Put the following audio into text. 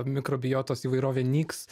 mikrobiotos įvairovė nyks